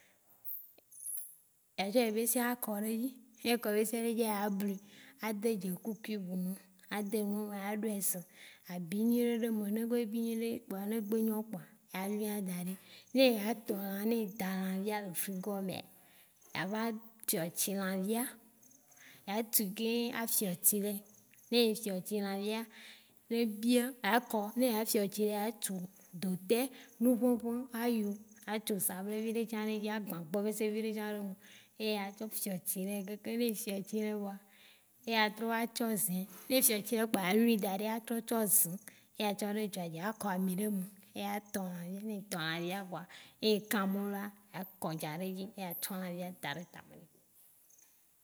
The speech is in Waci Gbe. a tsɔ ebesea kɔɖe edzi, ne ekɔ ebesea ɖe edzia ya blui a de dze ku cube nu. A deme a ɖɔe se a bi nyuiɖe ɖe me. Ne ebe bi nyuiɖe kpɔa ne gbe nyɔ kpɔa alɔe a daɖe. Ne eya tɔ lã ne eda lãvia le frigo a mea a va tsɔ tsi lãvia ya tu kle afiɔ tsi ɖe. Ne efiɔ tsi lãvia me ebia a kɔ ne eya fiɔ tsi ɖe ya tsu dotɛ, nu ʋeʋe, ayo, a tso sablɛ viɖe tsã ɖe edzi, a gbã gbɔbese viɖe ɖo eme eya tsɔ fiɔ tsi nɛ keke. Ne efiɔ tsi nɛ vɔa eya trɔ va tsɔ zẽ. Ne fiɔ tsi kpɔ a lui daɖe a trɔ tsɔ zẽ eya trɔ tsɔ ɖo dzoa dzi, a kɔ ami ɖe me e ya tɔ̃ lãvia. Ne e tɔ̃ lãvia kpɔa, ne ehã mɔlua a kɔ dza ɖe edzi eya tsɔ lã ta ɖe ta me lo.